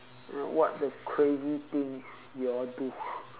ya what the crazy thing you all do